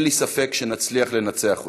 אין לי ספק שגם נצליח לנצח אותה,